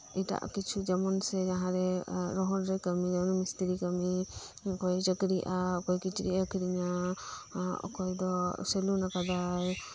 ᱮᱴᱟᱜ ᱠᱤᱪᱷᱩ ᱡᱮᱢᱚᱱ ᱥᱮ ᱡᱟᱦᱟᱸᱨᱮ ᱨᱚᱦᱚᱲ ᱨᱮ ᱠᱟᱹᱢᱤ ᱡᱮᱢᱚᱱ ᱢᱤᱥᱛᱨᱤ ᱠᱟᱹᱢᱤ ᱚᱠᱚᱭ ᱪᱟᱹᱠᱨᱤᱜ ᱟ ᱚᱠᱚᱭ ᱠᱤᱪᱨᱤᱡ ᱮ ᱟᱹᱠᱷᱨᱤᱧᱟ ᱚᱠᱚᱭᱫᱚ ᱥᱮᱞᱩᱱ ᱟᱠᱟᱫᱟᱭ